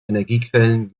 energiequellen